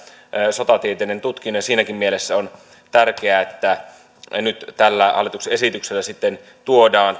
sotatieteiden tutkinnon ja siinäkin mielessä on tärkeää että nyt tällä hallituksen esityksellä sitten tuodaan